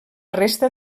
resta